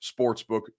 Sportsbook